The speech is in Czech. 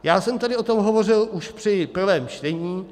Já jsem tady o tom hovořil už při prvém čtení.